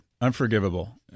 unforgivable